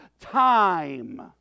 time